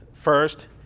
First